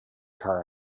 car